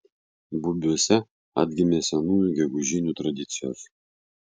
bubiuose atgimė senųjų gegužinių tradicijos